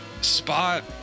Spot